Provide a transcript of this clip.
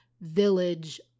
village